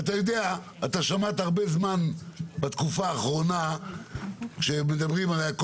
אתה שמעת הרבה זמן בתקופה האחרונה שמדברים עליי,